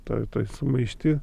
toj toj sumaišty